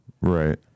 Right